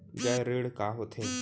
गैर ऋण का होथे?